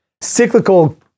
cyclical